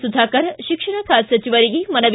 ಸುಧಾಕರ್ ಶಿಕ್ಷಣ ಖಾತೆ ಸಚಿವರಿಗೆ ಮನವಿ